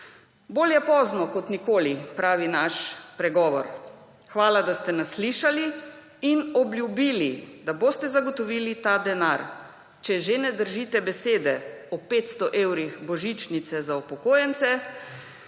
Bolje pozno, kot nikoli, pravi naš pregovor. Hvala, da ste nas slišali in obljubili, da boste zagotovili ta denar. Če že ne držite besedo o 500 evrih božičnice za upokojence,